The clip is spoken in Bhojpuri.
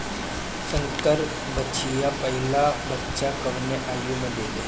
संकर बछिया पहिला बच्चा कवने आयु में देले?